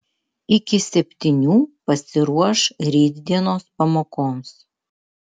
iki septynių pasiruoš rytdienos pamokoms